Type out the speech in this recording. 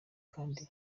kandi